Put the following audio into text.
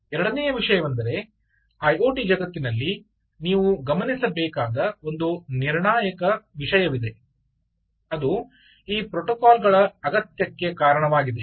ಎರಡನೆಯ ವಿಷಯವೆಂದರೆ ಐಒಟಿ ಜಗತ್ತಿನಲ್ಲಿ ನೀವು ಗಮನಿಸಬೇಕಾದ ಒಂದು ನಿರ್ಣಾಯಕ ವಿಷಯವಿದೆ ಅದು ಈ ಪ್ರೋಟೋಕಾಲ್ಗಳ ಅಗತ್ಯಕ್ಕೆ ಕಾರಣವಾಗಿದೆ